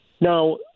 Now